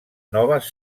noves